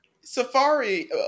Safari